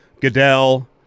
Goodell